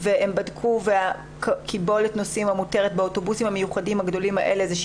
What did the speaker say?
בתקנות מכוח חוק המסגרת,